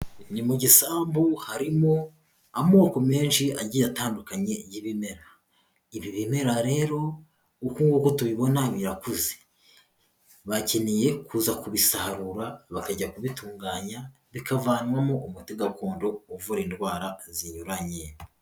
Ni mu gisambu harimo amoko menshi agiye atandukanye y'ibimera. Ibi bimera rero uko nguko tubibona birakuze. Bakeneye kuza kubisarura bakajya kubitunganya, bikavanwamo umuti gakondo uvura indwara zinyuranye.